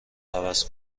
عوض